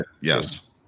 yes